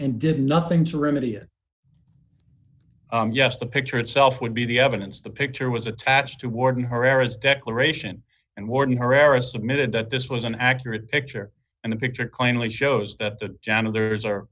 and did nothing to remedy it yes the picture itself would be the evidence the picture was attached to warden herrera's declaration and wharton herrera submitted that this was an accurate picture and the picture cleanly shows that the janitors are